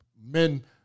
men